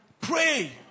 Pray